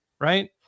right